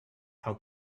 how